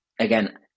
Again